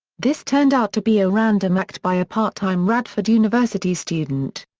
this turned out to be a random act by a part-time radford university student.